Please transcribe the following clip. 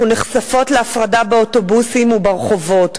אנחנו נחשפות להפרדה באוטובוסים וברחובות